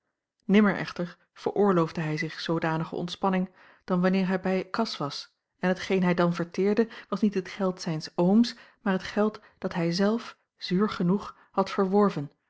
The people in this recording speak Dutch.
nimmer echter vooroorloofde hij zich zoodanige ontspanning dan wanneer hij bij kas was en hetgeen hij dan verteerde was niet het geld zijns ooms maar het geld dat hij zelf zuur genoeg had verworven